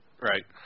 Right